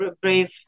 brave